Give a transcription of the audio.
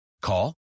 Call